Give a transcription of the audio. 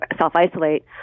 self-isolate